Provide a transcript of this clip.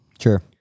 Sure